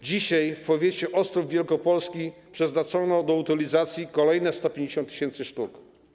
Dzisiaj w powiecie Ostrów Wielkopolski przeznaczono do utylizacji kolejne 150 tys. sztuk.